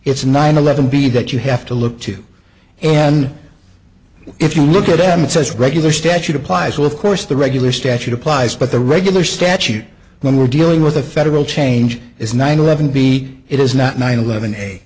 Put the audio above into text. it's nine eleven b that you have to look to and if you look at them it says regular statute applies with course the regular statute applies but the regular statute when we're dealing with a federal change is nine eleven b it is not nine eleven a